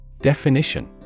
Definition